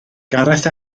gareth